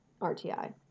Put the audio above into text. RTI